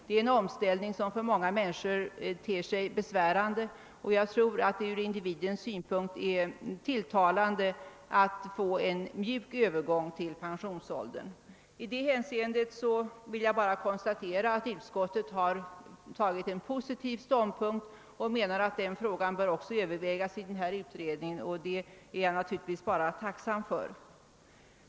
Det är en omställning som för många människor ter sig besvärande, och jag tror att det från individens synpunkt skulle vara tilltalande att få en mjuk övergång till pensionsåldern. Utskottet har intagit en positiv ståndpunkt och menar att frågan bör övervägas av utredningen, och det är jag naturligtvis tacksam för.